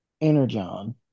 Energon